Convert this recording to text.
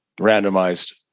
randomized